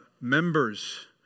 members